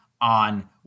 on